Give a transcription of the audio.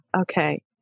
Okay